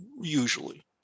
usually